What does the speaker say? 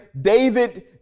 David